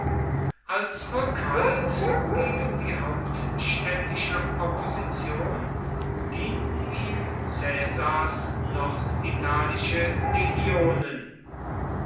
als rückhalt gegen die hauptstädtische opposition dienten ihm caesars norditalische legionen